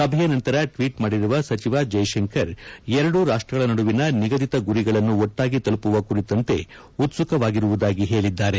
ಸಭೆಯ ನಂತರ ಟ್ಲೀಟ್ ಮಾಡಿರುವ ಸಚಿವ ಜ್ವೆಶಂಕರ್ ಎರಡೂ ರಾಷ್ಟ್ರಗಳ ನದುವಿನ ನಿಗದಿತ ಗುರಿಗಳನ್ನು ಒಟ್ಟಾಗಿ ತಲುಪುವ ಕುರಿತಂತೆ ಉತ್ಸುಕವಾಗಿರುವುದಾಗಿ ಹೇಳಿದ್ದಾರೆ